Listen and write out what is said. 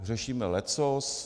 Řešíme leccos.